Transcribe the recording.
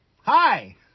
hi